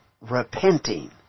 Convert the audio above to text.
repenting